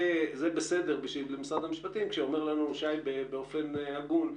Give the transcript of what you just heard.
זה בסדר בשביל משרד המשפטים כשאומר לנו שי באופן הגון,